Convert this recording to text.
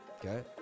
Okay